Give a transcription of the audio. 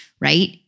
Right